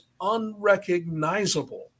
unrecognizable